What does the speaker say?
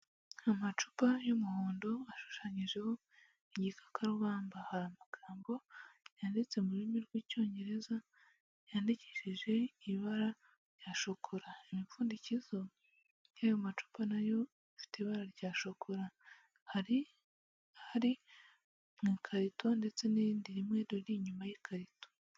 Amacupa y'umuhondo ashushanyijeho igikakarubamba hari amagambo yanditse mu rurimi rw'icyongereza yandikishije ibara rya shokora, imipfundikizo y'ayo macupa nayo ifite ibara rya shokora, hari ari mu ikarito ndetse n'irindi rimwe riri inyuma y'ikarito.